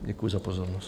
Děkuji za pozornost.